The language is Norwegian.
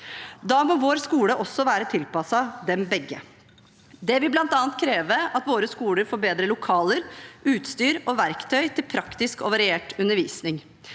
Da må vår skole også være tilpasset dem begge. Det vil bl.a. kreve at våre skoler får bedre lokaler, utstyr og verktøy til praktisk og variert undervisning.